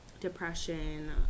depression